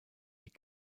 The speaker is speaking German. die